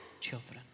children